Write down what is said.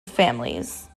families